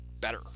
better